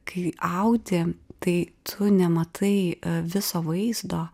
kai audi tai tu nematai viso vaizdo